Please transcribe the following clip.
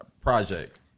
project